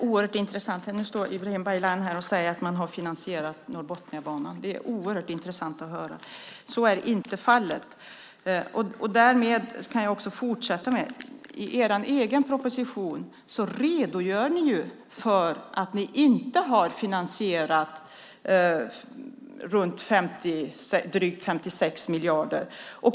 Herr talman! Nu står Ibrahim Baylan och säger att man har finansierat Norrbotniabanan. Det är oerhört intressant att höra. Så är inte fallet! I er egen proposition redogör ni för att ni inte har finansierat drygt 56 miljarder.